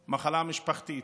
היא מחלה משפחתית.